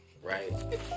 Right